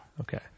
Okay